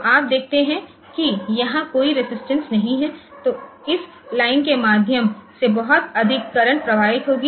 तो आप देखते हैं कि यहां कोई रेजिस्टेंस नहीं है तो इस लाइन के माध्यम से बहुत अधिक करंट प्रवाहित होगी